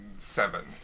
seven